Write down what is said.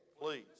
please